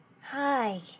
Hi